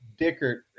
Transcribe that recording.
Dickert